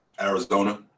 Arizona